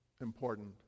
Important